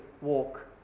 walk